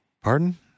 Pardon